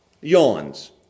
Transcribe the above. yawns